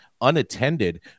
unattended